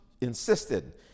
insisted